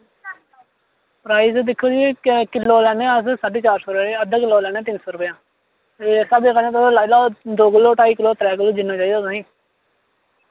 prize दिक्खो जी क्या किल्लो लैन्ने आं अस साढे चार सौ रपे अद्धा किल्लो दा लैन्ने आं तिन सौ रपेआ ते इस स्हाबे कन्नै तुस लाई लाओ दो किल्लो ढाई किल्लो त्रै किल्लो जिन्ना चाहिदा तुसें